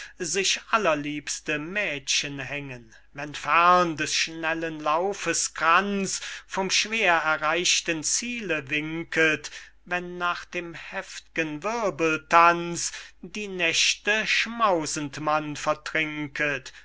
sich allerliebste mädchen hängen wenn fern des schnellen laufes kranz vom schwer erreichten ziele winket wenn nach dem heftgen wirbeltanz die nächte schmausend man